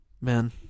Man